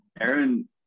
Aaron